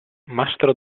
mastro